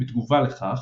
בתגובה לכך,